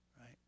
Right